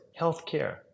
healthcare